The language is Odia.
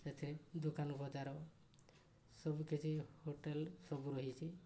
ସେଥିରେ ଦୋକାନ ବଜାର ସବୁ କିଛି ହୋଟେଲ୍ ସବୁ ରହିଛି